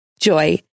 Joy